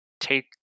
take